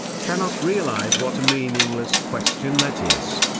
cannot realize what a meaningless question that is.